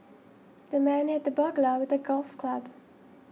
the man hit the burglar with the golf club